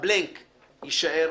הבלאנק יישאר,